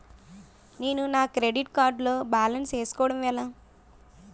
నేను నా credit card లో బాలన్స్ తెలుసుకోవడం ఎలా?